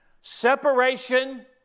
Separation